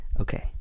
Okay